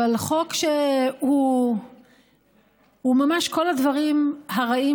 אבל זה חוק שהוא ממש כל הדברים הרעים